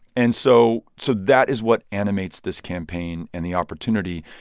and so so that is what animates this campaign and the opportunity.